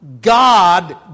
God